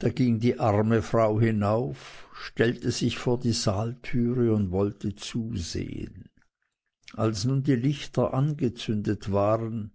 da ging die arme frau hinauf stellte sich vor die saaltüre und wollte zusehen als nun die lichter angezündet waren